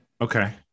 Okay